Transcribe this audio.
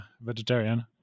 vegetarian